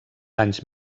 anys